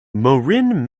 marin